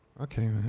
Okay